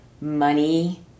money